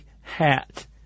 hat